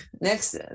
Next